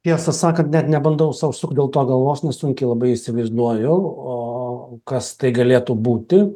tiesą sakant net nebandau sau sukti dėl to galvos nusunkia labai įsivaizduoju o kas tai galėtų būti